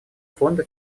фонда